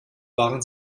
waren